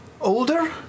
older